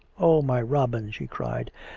oh! my robin, she cried,